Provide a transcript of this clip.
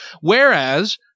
Whereas